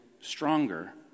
stronger